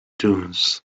dunes